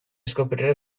scoprire